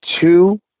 two